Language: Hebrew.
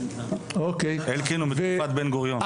אלקין הוא מתקופת בן-גוריון.